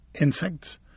insects